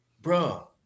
bro